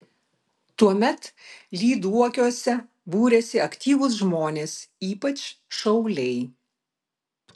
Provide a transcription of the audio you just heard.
tuomet lyduokiuose būrėsi aktyvūs žmonės ypač šauliai